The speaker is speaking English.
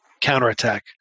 counterattack